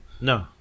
No